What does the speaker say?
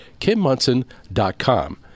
kimmunson.com